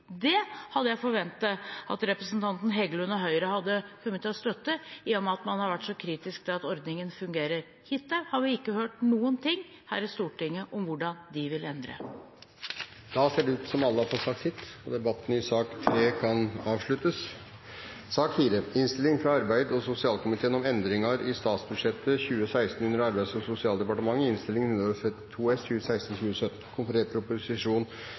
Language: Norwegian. Det hadde jeg forventet at representanten Heggelund og Høyre hadde kommet til å støtte, i og med at man har vært så kritisk til måten ordningen fungerer på. Hittil har vi ikke hørt noen ting her i Stortinget om hvordan de vil endre. Flere har ikke bedt om ordet til sak nr. 3. Ingen har bedt om ordet til sak nr. 4. Etter ønske fra komiteen vil presidenten foreslå at taletiden blir begrenset til 5 minutter til hver partigruppe og